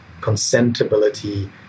consentability